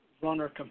runner